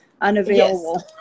unavailable